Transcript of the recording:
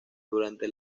durante